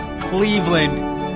Cleveland